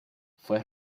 fue